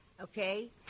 Okay